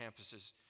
campuses